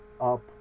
up